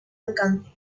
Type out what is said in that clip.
alcance